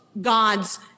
God's